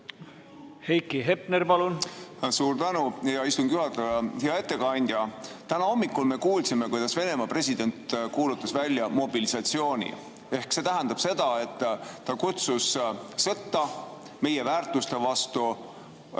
Heiki Hepner, palun! Suur tänu, hea istungi juhataja! Hea ettekandja! Täna hommikul me kuulsime, kuidas Venemaa president kuulutas välja mobilisatsiooni. See tähendab seda, et ta kutsus sõtta meie väärtuste vastu